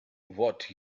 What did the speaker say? what